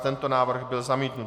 Tento návrh byl zamítnut.